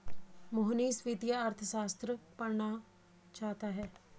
मोहनीश वित्तीय अर्थशास्त्र पढ़ना चाहता है